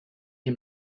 him